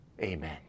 Amen